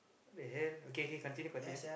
the hell okay k continue continue